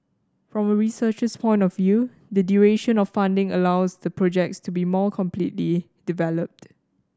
from a researcher's point of view the duration of funding allows the projects to be more completely developed